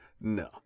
No